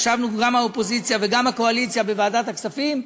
ישבנו גם האופוזיציה וגם הקואליציה בוועדת הכספים,